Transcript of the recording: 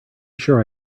sure